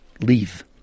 leave